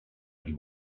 him